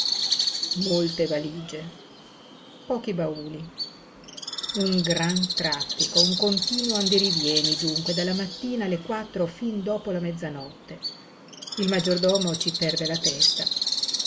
molte valige pochi bauli un gran traffico un continuo andirivieni dunque dalla mattina alle quattro fin dopo la mezzanotte il maggiordomo ci perde la testa